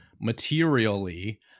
materially